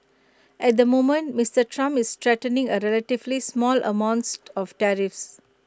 at the moment Mister Trump is threatening A relatively small amounts of tariffs